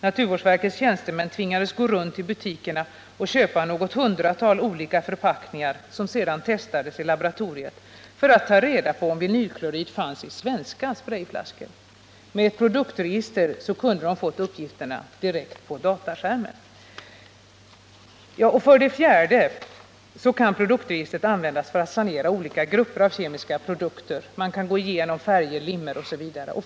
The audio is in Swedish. Naturvårdsverkets tjänstemän tvingades gå runt i butikerna och köpa något hundratal olika förpackningar som de sedan testade i laboratoriet för att få reda på om vinylklorid fanns i svenska sprejflaskor. Med ett produktregister kunde de ha fått uppgifterna direkt på dataskärmen. För det fjärde kan produktregistret användas för att sanera olika grupper av kemiska produkter. Man kan gå igenom färger, limmer osv. med dess hjälp.